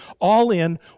all-in